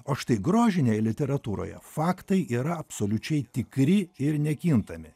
o štai grožinėje literatūroje faktai yra absoliučiai tikri ir nekintami